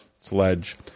sledge